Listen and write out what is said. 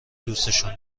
دوسشون